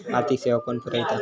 आर्थिक सेवा कोण पुरयता?